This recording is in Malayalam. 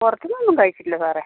പുറത്ത് നിന്ന് കഴിച്ചിട്ടില്ല സാറേ